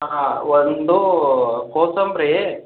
ಹಾಂ ಒಂದು ಕೋಸಂಬರಿ